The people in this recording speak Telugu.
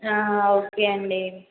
ఓకే అండి